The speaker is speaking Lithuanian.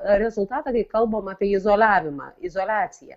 rezultatą kai kalbam apie izoliavimą izoliaciją